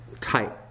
tight